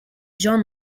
john